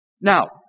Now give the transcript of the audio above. Now